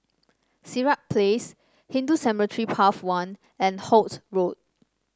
Sirat Place Hindu Cemetery Path one and Holt Road